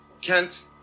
Kent